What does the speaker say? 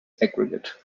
aggregate